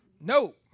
No